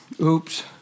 Oops